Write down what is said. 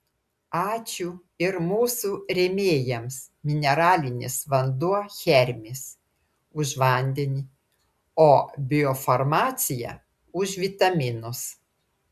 ačiū ir mūsų rėmėjams mineralinis vanduo hermis už vandenį o biofarmacija už vitaminus